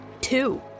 Two